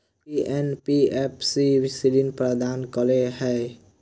की NBFC ऋण प्रदान करे है?